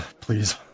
please